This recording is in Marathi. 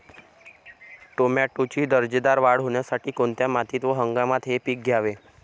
टोमॅटोची दर्जेदार वाढ होण्यासाठी कोणत्या मातीत व हंगामात हे पीक घ्यावे?